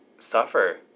Suffer